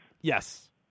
Yes